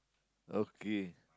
okay